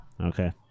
Okay